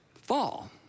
fall